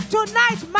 Tonight